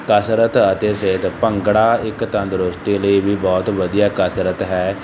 ਕਸਰਤ ਅਤੇ ਸਿਹਤ ਭੰਗੜਾ ਇੱਕ ਤੰਦਰੁਸਤੀ ਲਈ ਵੀ ਬਹੁਤ ਵਧੀਆ ਕਸਰਤ ਹੈ